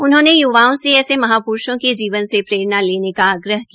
उन्होंने युवाओं से ऐसे महाप्रूषो के जीवन से प्ररेणा लेने का आग्रह किया